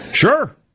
Sure